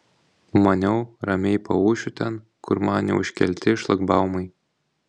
maniau ramiai paūšiu ten kur man neužkelti šlagbaumai